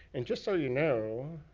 and just so you know